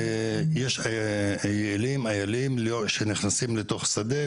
יש יעלים שנכנסים לתוך שדה,